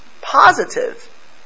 positive